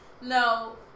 No